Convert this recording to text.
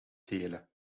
telen